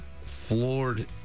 floored